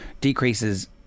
decreases